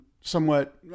somewhat